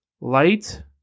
Light